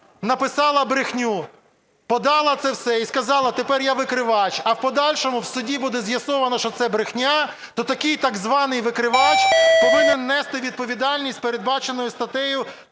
написала брехню, подала це все і сказала, тепер я викривач, а в подальшому в суді буде з'ясовано, що це брехня, то такий так званий викривач повинен нести відповідальність, передбачену статтею